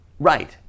Right